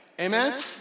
Amen